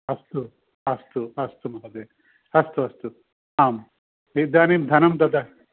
अस्तु अस्तु अस्तु महोदये अस्तु अस्तु आम् इदानीं धनं ददातु